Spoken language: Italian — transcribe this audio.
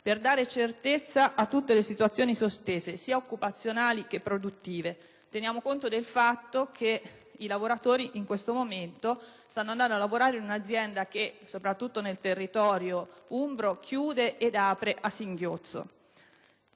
per dare certezza a tutte le situazioni sospese, sia occupazionali che produttive. Teniamo conto del fatto che in questo momento i lavoratori stanno andando a lavorare in un'azienda che, soprattutto nel territorio umbro e marchigiano, chiude e apre a singhiozzo.